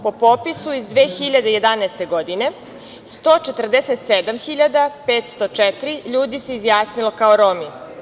Po popisu iz 2011. godine, 147.504 ljudi se izjasnilo kao Romi.